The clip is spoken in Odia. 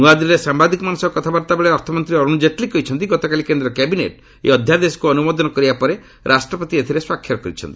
ନ୍ତଆଦିଲ୍ଲୀରେ ସାମ୍ବାଦିକମାନଙ୍କ ସହ କଥାବାର୍ତ୍ତାବେଳେ ଅର୍ଥମନ୍ତ୍ରୀ ଅରୁଣ ଜେଟ୍ଲୀ କହିଛନ୍ତି ଗତକାଲି କେନ୍ଦ୍ର କ୍ୟାବିନେଟ୍ ଏହି ଅଧ୍ୟାଦେଶକୁ ଅନୁମୋଦନ କରିବା ପରେ ରାଷ୍ଟ୍ରପତି ଏଥିରେ ସ୍ୱାକ୍ଷର କରିଛନ୍ତି